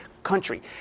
country